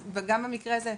אז גם במקרה הזה,